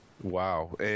Wow